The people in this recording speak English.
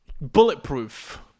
Bulletproof